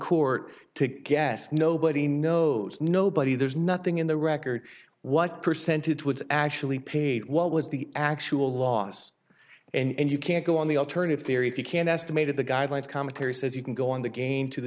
court to guess nobody knows nobody there's nothing in the record what percentage was actually paid what was the actual loss and you can't go on the alternative theory if you can estimate of the guidelines cometary says you can go on the gain to the